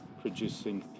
producing